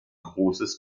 großes